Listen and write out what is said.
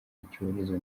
icyorezo